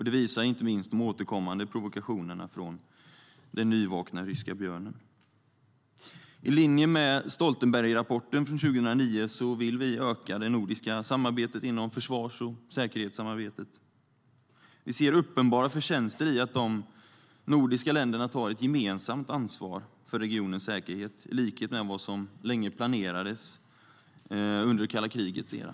Det visar inte minst de återkommande provokationerna från den nyvaknade ryska björnen. I linje med Stoltenbergrapporten från 2009 vill vi öka det nordiska samarbetet inom försvars och säkerhetsområdet. Vi ser uppenbara förtjänster i att de nordiska länderna tar ett gemensamt ansvar för regionens säkerhet, i likhet med vad som länge planerades under det kalla krigets era.